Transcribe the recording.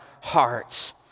hearts